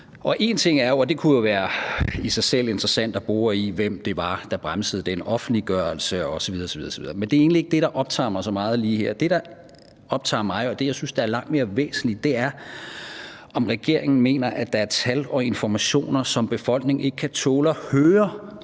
En ting er jo – og det kunne jo i sig selv være interessant at bore i – hvem det var, der bremsede den offentliggørelse osv. osv., men det er egentlig ikke det, der optager mig så meget lige her. Det, der optager mig, og det, jeg synes er langt mere væsentligt, er, om regeringen mener, at der er tal og informationer, som befolkningen ikke kan tåle at høre,